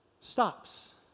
stops